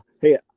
hey